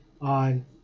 on